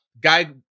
Guy